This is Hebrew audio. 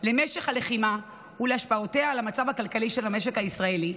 למשך הלחימה ולהשפעותיה על המצב הכלכלי של המשק הישראלי,